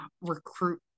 recruit